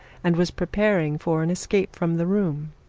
and was preparing for an escape from the room,